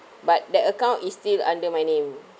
but that account is still under my name